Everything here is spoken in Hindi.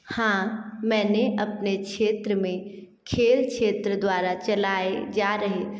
हाँ मैंने अपने क्षेत्र में खेल क्षेत्र द्वारा चलाए जा रहे